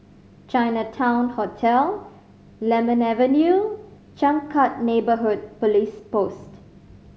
Chinatown Hotel Lemon Avenue Changkat Neighbourhood Police Post